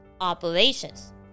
operations